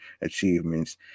achievements